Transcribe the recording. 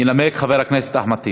ינמק חבר הכנסת אחמד טיבי.